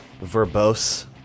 verbose